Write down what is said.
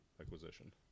acquisition